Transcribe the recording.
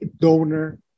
donor